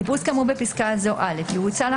חיפוש כאמור בפסקה זו יצוא,